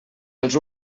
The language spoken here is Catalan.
els